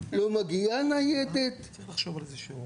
תוכלי להגיע לכאן לבקש רשות דיבור, ניתן לך אפשרות